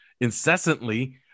incessantly